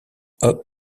hop